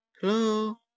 Hello